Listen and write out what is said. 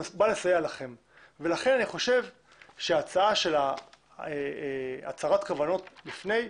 לכן אני חושב שהצעה על הצהרת כוונות לפני,